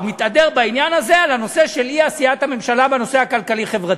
הוא מתהדר בעניין הזה על הנושא של אי-עשיית הממשלה בנושא הכלכלי-חברתי.